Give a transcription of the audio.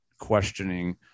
questioning